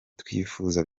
twifuza